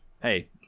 hey